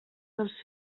dels